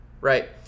right